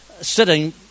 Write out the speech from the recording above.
sitting